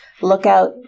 lookout